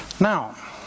Now